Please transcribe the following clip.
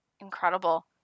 incredible